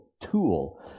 tool